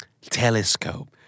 Telescope